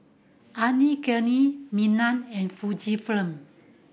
Anne Klein Milan and Fujifilm